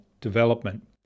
development